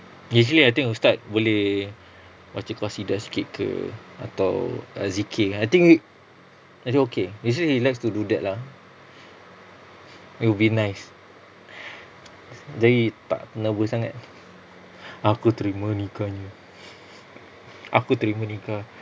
usually I think ustaz boleh baca qasidah sikit ke atau berzikir I think w~ actually okay usually he likes to do that lah it would be nice jadi tak nervous sangat aku terima nikahnya aku terima nikah